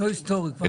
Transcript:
לא היסטורי כבר היה.